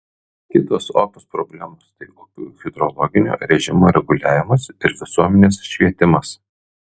kitos opios problemos tai upių hidrologinio režimo reguliavimas ir visuomenės švietimas